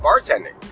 bartending